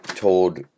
Told